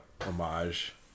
homage